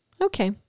okay